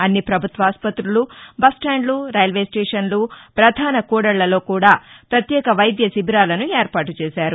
అన్ని ప్రభుత్వ ఆస్పతులు బస్టాంధ్లు రైల్వేస్టేషన్లు ప్రధాన కూడళ్ళలో కూడా ప్రత్యేక వైద్య శిబిరాలను ఏర్పాటు చేశారు